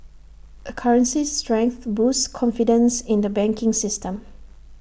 A currency's strength boosts confidence in the banking system